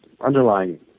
underlying